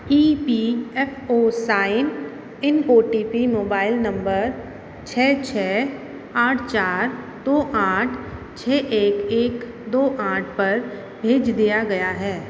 E P F O sign in O T P mobile number छः छः आठ चार दो आठ छः एक एक दो आठ पर भेज दिया गया है